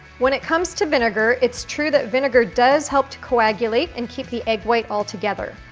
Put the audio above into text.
when it comes to vinegar, it's true that vinegar does help to coagulate and keep the egg white all together.